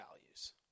values